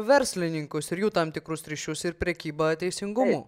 verslininkus ir jų tam tikrus ryšius ir prekybą teisingumu